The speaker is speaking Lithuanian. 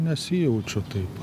nesijaučiau taip